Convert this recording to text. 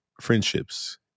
friendships